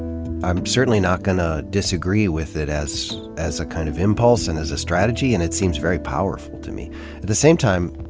i'm certainly not going to disagree with it as as a kind of impulse and as a strategy and it seems very powerful to me. at the same time,